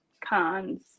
cons